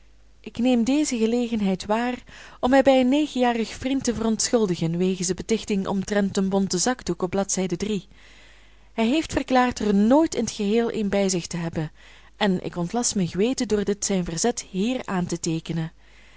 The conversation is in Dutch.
ik neem deze gelegenheid waar om mij bij een negenjarig vriend te verontschuldigen wegens de betichting omtrent den bonten zakdoek op bl hij heeft verklaard er nooit in t geheel een bij zich te hebben en ik ontlast mijn geweten door dit zijn verzet hier aan te teekenen